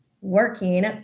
working